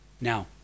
Now